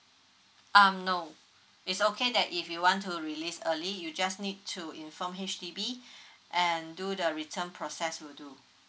um no it's okay that if you want to release early you just need to inform H_D_B and do the return process will do